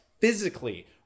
physically